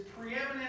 preeminent